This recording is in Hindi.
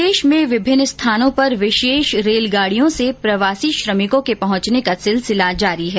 प्रदेश में विभिन्न स्थानों पर विशेष रेलगाडियों से प्रवासी श्रमिकों के पहुंचने का सिलसिला जारी है